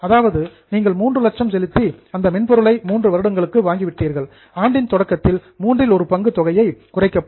அதாவது நீங்கள் மூன்று லட்சம் செலுத்தி அந்த மென்பொருளை மூன்று வருடங்களுக்கு வாங்கிவிட்டீர்கள் ஆண்டின் தொடக்கத்தில் மூன்றில் ஒரு பங்கு தொகை குறைக்கப்படும்